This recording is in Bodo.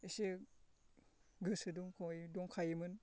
एसे गोसो दंखायो दंखायोमोन